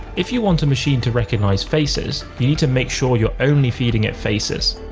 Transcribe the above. if you want a machine to recognize faces, you need to make sure you're only feeding it faces.